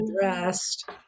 dressed